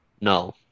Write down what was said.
No